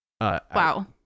Wow